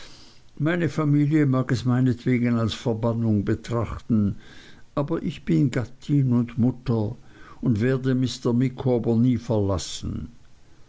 meine familie mag es meinetwegen als verbannung betrachten aber ich bin gattin und mutter und werde mr micawber nie verlassen